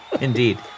Indeed